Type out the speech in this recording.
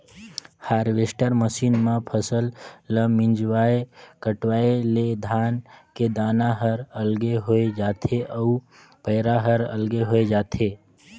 harvester machine म फसल ल मिंजवाय कटवाय ले धान के दाना हर अलगे होय जाथे अउ पैरा हर अलगे होय जाथे